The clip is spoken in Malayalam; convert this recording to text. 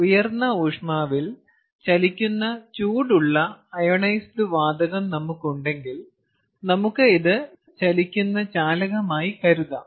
ഉയർന്ന ഊഷ്മാവിൽ ചലിക്കുന്ന ചൂടുള്ള അയോണൈസ്ഡ് വാതകം നമുക്കുണ്ടെങ്കിൽ നമുക്ക് ഇത് ചലിക്കുന്ന ചാലകമായി കരുതാം